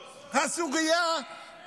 אני אומר